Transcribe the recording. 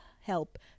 help